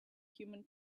human